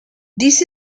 this